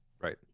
Right